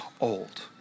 old